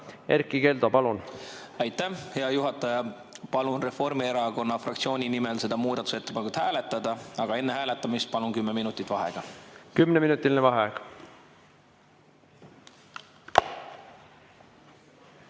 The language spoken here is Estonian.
Erkki Keldo, palun! Aitäh, hea juhataja! Palun Reformierakonna [fraktsiooni] nimel seda muudatusettepanekut hääletada, aga enne hääletamist palun kümme minutit vaheaega. Aitäh, hea